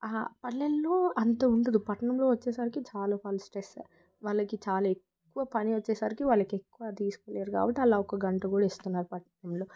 పల్లెల్లో అంత ఉండదు పట్నంలో వచ్చేసరికి చాలా స్ట్రెస్ వాళ్ళకి చాలా ఎక్కువ పని వచ్చేసరికి వాళ్ళకి ఎక్కువ తీసుకోలేరు కాబట్టి వాళ్ళ ఒక గంట కూడా ఇస్తున్నారు పట్నంలో